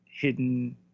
hidden